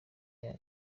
yayo